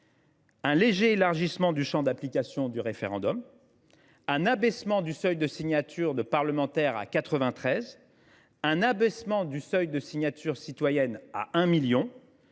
un léger élargissement du champ d’application du référendum, à un abaissement à 93 signatures du seuil de signatures de parlementaires et à un abaissement du seuil de signatures citoyennes à 1 million